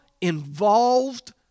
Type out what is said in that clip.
involved